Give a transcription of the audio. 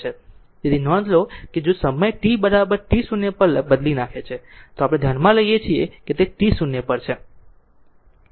તેથી નોંધ લો કે જો સમય t t0પર બદલી નાખે છે તેથી આપણે જે પણ ધ્યાનમાં લઈએ છીએ તે t 0 પર છે